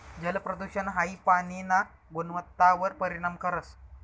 जलप्रदूषण हाई पाणीना गुणवत्तावर परिणाम करस